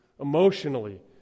emotionally